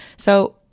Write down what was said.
so